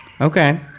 Okay